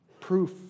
Proof